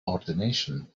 ordination